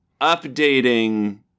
updating